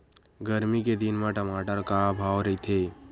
गरमी के दिन म टमाटर का भाव रहिथे?